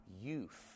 youth